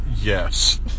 Yes